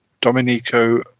Dominico